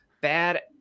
bad